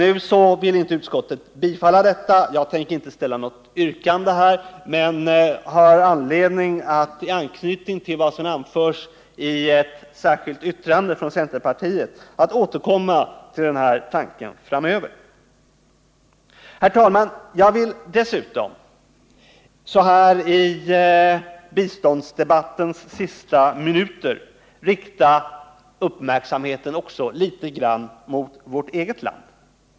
Utskottet vill inte tillstyrka förslaget, och jag tänker inte framställa något yrkande här. Men jag har anledning att i anknytning till vad som anförs i det särskilda yttrandet från centerpartiet återkomma i den här frågan framöver. Herr talman! Jag vill dessutom, så här i biståndsdebattens sista minuter, rikta uppmärksamheten litet grand mot vårt eget land.